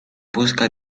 busca